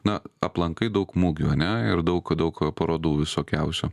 na aplankai daug mugių ane ir daug daug parodų visokiausių